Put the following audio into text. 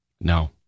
No